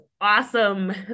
awesome